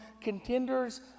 contenders